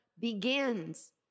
begins